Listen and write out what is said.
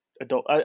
adult